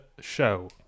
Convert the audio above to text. show